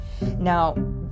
Now